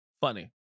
funny